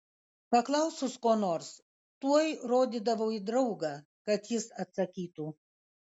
paklausus ko nors tuoj rodydavo į draugą kad jis atsakytų